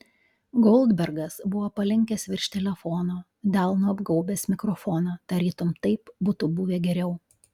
goldbergas buvo palinkęs virš telefono delnu apgaubęs mikrofoną tarytum taip būtų buvę geriau